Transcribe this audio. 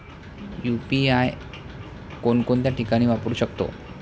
UPI कोणकोणत्या ठिकाणी वापरू शकतो?